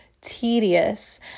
tedious